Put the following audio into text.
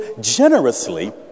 generously